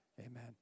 Amen